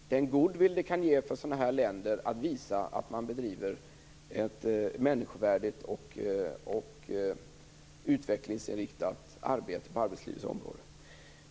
Det kan ge goodwill för den här typen av länder att visa att de bedriver ett människovärdigt och utvecklingsinriktat arbete på arbetslivets område.